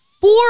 Four